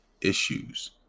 issues